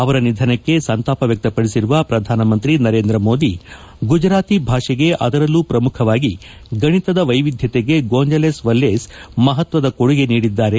ಅವರ ನಿಧನಕ್ಕೆ ಸಂತಾಪ ವ್ಯಕ್ತಪಡಿಸಿರುವ ಪ್ರಧಾನಮಂತ್ರಿ ನರೇಂದ್ರ ಮೋದಿ ಗುಜರಾತಿ ಭಾಷೆಗೆ ಅದರಲ್ಲೂ ಪ್ರಮುಖವಾಗಿ ಗಣಿತದ ವೈವಿಧ್ವತೆಗೆ ಗೋಂಜಾಲೆಸ್ ವಲ್ಲೇಸ್ ಮಹತ್ವದ ಕೊಡುಗೆ ನೀಡಿದ್ದಾರೆ